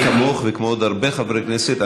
אני כמוך וכמו עוד הרבה חברי כנסת,